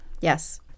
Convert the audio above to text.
yes